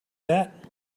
that